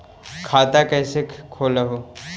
खाता कैसे खोलैलहू हे?